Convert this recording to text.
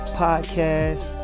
podcast